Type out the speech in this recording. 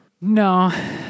No